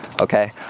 okay